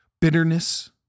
bitterness